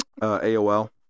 AOL